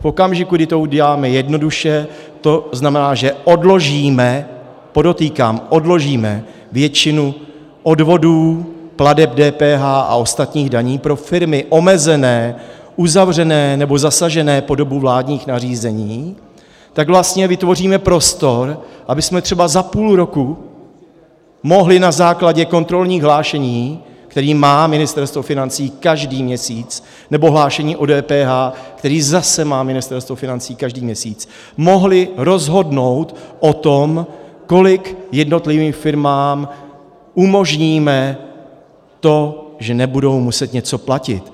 V okamžiku, kdy to uděláme jednoduše, to znamená, že odložíme, podotýkám odložíme, většinu odvodů, plateb DPH a ostatních daní pro firmy omezené, uzavřené nebo zasažené po dobu vládních nařízení, tak vlastně vytvoříme prostor, abychom třeba za půl roku mohli na základě kontrolních hlášení, která má Ministerstvo financí každý měsíc, nebo hlášení o DPH, která zase má Ministerstvo financí každý měsíc, mohli rozhodnout o tom, nakolik jednotlivým firmám umožníme to, že nebudou muset něco platit.